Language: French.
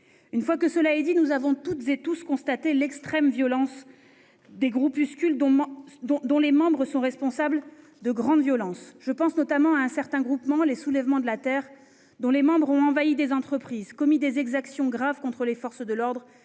étant formulé, nous avons toutes et tous constaté l'extrémisme de groupuscules dont les membres sont responsables de grandes violences. Je pense notamment à un certain groupement, Les Soulèvements de la Terre, dont les membres ont envahi des entreprises, commis des exactions graves contre les forces de l'ordre,